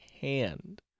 hand